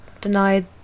denied